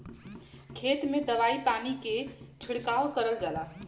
खेत में दवाई पानी के छिड़काव करल जाला